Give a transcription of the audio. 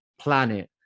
planet